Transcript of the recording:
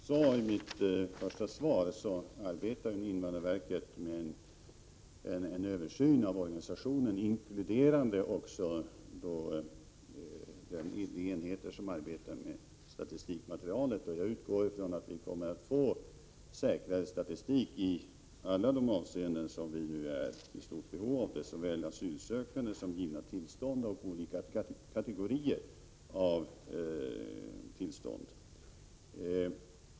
Fru talman! Som jag nämnde i svaret, arbetar invandrarverket med en översyn av organisationen. Denna översyn inkluderar också de enheter som arbetar med statistikmaterialet. Jag utgår från att statistiken kommer att bli säkrare i alla de avseenden som nu är aktuella. Det gäller statistik över såväl asylsökande som olika kategorier av tillstånd.